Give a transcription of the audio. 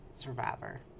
survivor